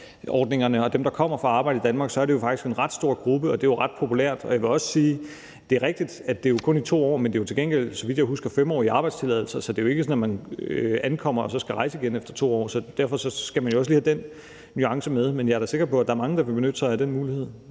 og dem, der kommer for at arbejde i Danmark, så er det jo faktisk en ret stor gruppe, og det er jo ret populært. Og jeg vil også sige, at det er rigtigt, at det jo kun er i 2 år, men det er til gengæld, så vidt jeg husker, 5-årige arbejdstilladelser, så det er jo ikke sådan, at man ankommer og så skal rejse igen efter 2 år. Så derfor skal man jo også lige have den nuance med. Men jeg er da sikker på, at der er mange, der vil benytte sig af den mulighed,